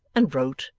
and wrote,